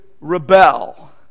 rebel